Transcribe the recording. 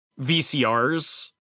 vcrs